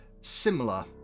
Similar